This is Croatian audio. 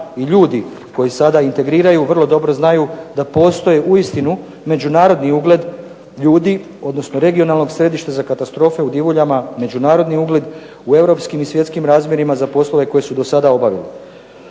i ljudi koji sada integriraju vrlo dobro znaju da postoje uistinu međunarodni ugled ljudi, odnosno regionalnog središta za katastrofe u Divuljama, međunarodni ugled u europskim i svjetskim razmjerima za poslove koji su do sada obavljeni.